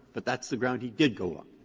but that's the ground he did go on.